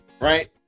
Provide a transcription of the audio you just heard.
right